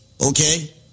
okay